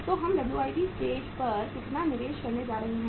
तो हम WIP stage पर कितना निवेश करने जा रहे हैं